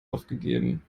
aufgegeben